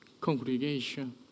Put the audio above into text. congregation